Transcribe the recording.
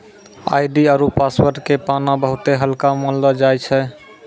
ID आरु password के पाना बहुते हल्का मानलौ जाय छै